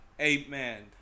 Amen